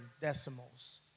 decimals